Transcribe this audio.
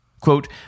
Quote